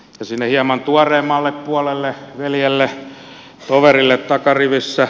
sinne hieman tuoreemmalle puolelle veljelle toverille takarivissä